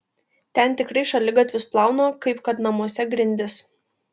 ten tikrai šaligatvius plauna kaip kad namuose grindis